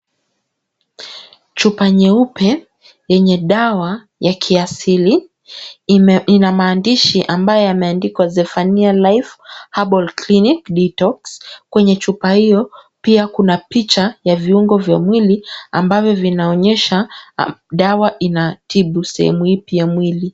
Chupa nyeupe yenye dawa ya kiasili ina maandishi ambayo yameandikwa Zephaniah Live Herbal Clinic Detox . Kwenye chupa hiyo pia kuna picha ya viungo vya mwili ambavyo vinaonyesha dawa inatibu sehemu ipi ya mwili.